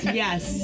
yes